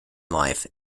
life